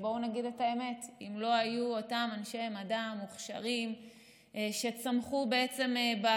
בואו נגיד את האמת: אם לא היו אותם אנשי מדע מוכשרים שצמחו באקדמיה,